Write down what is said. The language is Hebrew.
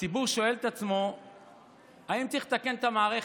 הציבור שואל את עצמו אם צריך לתקן את המערכת.